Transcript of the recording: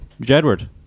Jedward